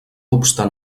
obstant